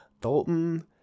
Dalton